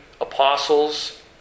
apostles